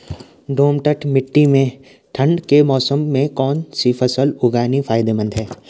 दोमट्ट मिट्टी में ठंड के मौसम में कौन सी फसल उगानी फायदेमंद है?